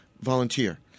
volunteer